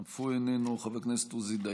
אף הוא איננו, חבר הכנסת עוזי דיין,